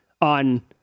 on